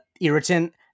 irritant